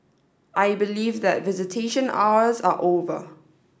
I believe that visitation hours are over